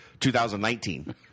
2019